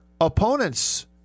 opponent's